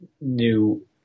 new